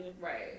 Right